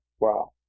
wow